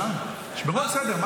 תשמרו על סדר.